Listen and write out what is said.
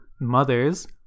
mothers